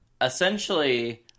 essentially